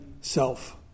self